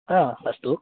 हा अस्तु